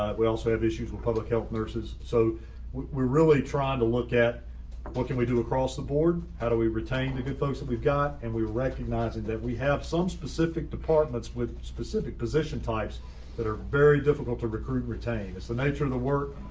we also have issues with public health nurses. so we're really trying to look at what can we do across the board? how do we retain the good folks that we've got, and we recognize that that we have some specific departments with specific position types that are very difficult to recruit, retain, it's the nature of the work,